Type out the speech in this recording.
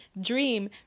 Dream